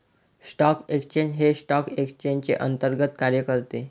stock exchange हे stock एक्सचेंजचे अंतर्गत कार्य आहे